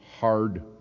hard